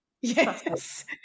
Yes